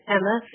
Emma